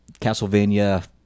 Castlevania